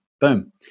Boom